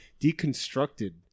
deconstructed